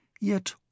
Yet